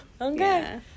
Okay